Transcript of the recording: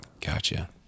gotcha